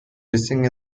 missing